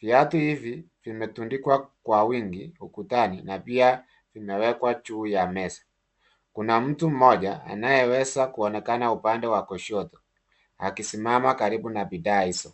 Viatu hivi vimetundikwa kwa wingi ukutani na pia vimewekwa juu ya meza. Kuna mtu mmoja anayeweza kuonekana upande wa kushoto akisimama karibu na bidhaa izo.